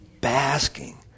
basking